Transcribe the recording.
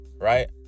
right